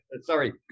Sorry